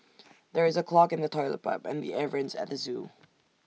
there is A clog in the Toilet Pipe and the air Vents at the Zoo